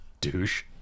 douche